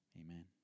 amen